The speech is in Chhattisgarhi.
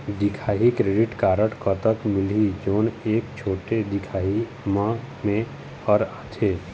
दिखाही क्रेडिट कारड कतक मिलही जोन एक छोटे दिखाही म मैं हर आथे?